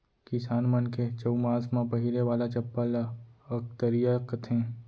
किसान मन के चउमास म पहिरे वाला चप्पल ल अकतरिया कथें